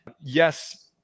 Yes